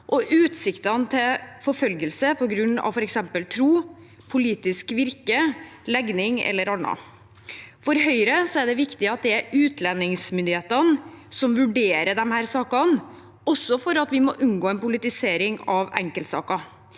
og utsiktene til forfølgelse på grunn av f.eks. tro, politisk virke, legning eller annet. For Høyre er det viktig at det er utlendingsmyndighetene som vurderer disse sakene, også fordi vi må unn